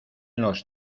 los